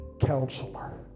Counselor